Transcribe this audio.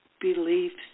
beliefs